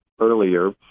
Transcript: earlier